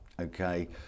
okay